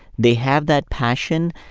they have that passion,